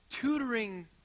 tutoring